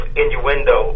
innuendo